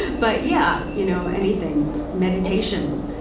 but yeah you know anything. meditation.